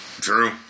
True